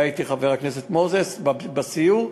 חבר הכנסת מוזס היה אתי בסיור,